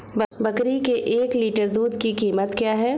बकरी के एक लीटर दूध की कीमत क्या है?